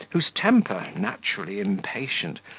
whose temper, naturally impatient,